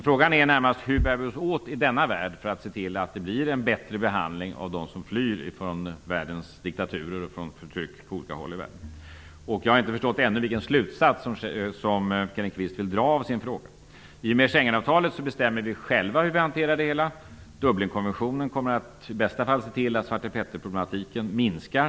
Frågan är närmast hur vi skall bära oss åt i denna värld för att få en bättre behandling av dem som flyr från diktaturer och förtryck på olika håll i världen. Jag har ännu inte förstått vilken slutsats som Kenneth Kvist drar av sin fråga. I och med Schengenavtalet bestämmer vi själva hur vi skall hantera det hela. Dublinkonventionen kommer i bästa fall att se till att Svarte Petterproblematiken minskar.